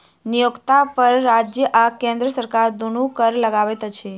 नियोक्ता पर राज्य आ केंद्र सरकार दुनू कर लगबैत अछि